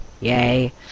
yay